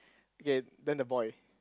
okay then the boy